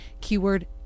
keyword